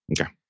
Okay